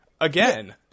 again